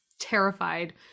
terrified